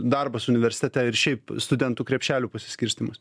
darbas universitete ir šiaip studentų krepšelių pasiskirstymas